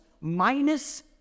minus